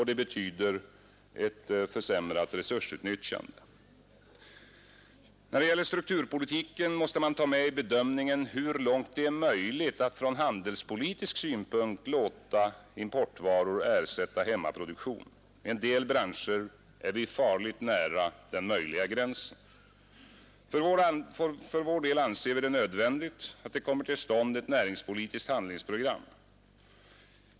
Det betyder ett försämrat resursutnyttjande. När det gäller strukturpolitiken måste man ta med i bedömningen hur långt det är möjligt att från handelspolitisk synpunkt låta importvaror ersätta hemmaproduktion. I en del branscher är vi farligt nära den möjliga gränsen. För vår del anser vi det nödvändigt att det kommer till stånd ett näringspolitiskt handlingsprogram.